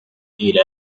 إلى